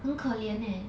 很可怜 leh